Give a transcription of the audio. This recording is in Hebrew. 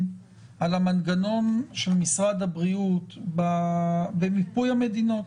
על המנגנון של משרד הבריאות במיפוי המדינות.